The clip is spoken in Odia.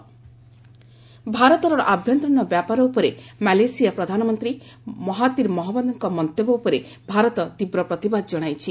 ଏମ୍ଇଏ ମାଲେସିଆ ଭାରତର ଆଭ୍ୟନ୍ତରୀଣ ବ୍ୟାପାର ଉପରେ ମାଲେସିଆ ପ୍ରଧାନମନ୍ତ୍ରୀ ମହାତିର୍ ମହମ୍ମଦ୍ଙ୍କ ମନ୍ତବ୍ୟ ଉପରେ ଭାରତ ତୀବ୍ର ପ୍ରତିବାଦ ଜଣାଇଛି